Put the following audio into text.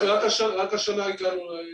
רק השנה הגענו,